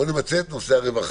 בואו נמצה את נושא הרווחה.